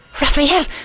Raphael